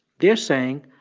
they're saying,